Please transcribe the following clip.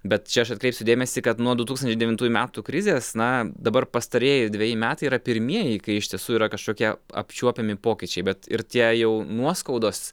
bet čia aš atkreipsiu dėmesį kad nuo du tūkstančiai devintųjų metų krizės na dabar pastarieji dveji metai yra pirmieji kai iš tiesų yra kažkokie apčiuopiami pokyčiai bet ir tie jau nuoskaudos